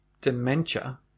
dementia